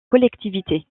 collectivité